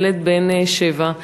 היה ילד בן שבע,